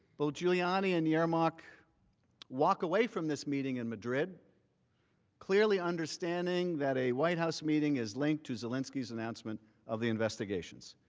both ah and and yeah um walk walk away from this meeting in madrid clearly understanding that a white house meeting is linked to zelensky s announcement of the investigations.